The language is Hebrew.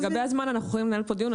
לגבי הזמן אנחנו יכולים לנהל כאן דיון.